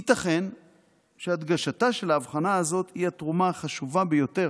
ייתכן שהדגשתה של ההבחנה הזאת היא התרומה החשובה ביותר